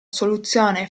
soluzione